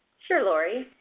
sure laurie.